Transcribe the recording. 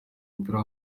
mupira